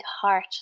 heart